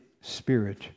spirit